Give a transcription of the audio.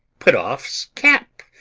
put off's cap,